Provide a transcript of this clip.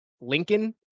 Lincoln